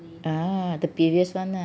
ah the previous [one] lah